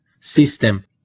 system